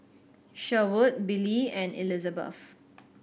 Sherwood Billy and Elizebeth